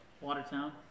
Watertown